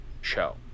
show